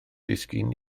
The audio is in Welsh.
ddisgyn